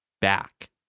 back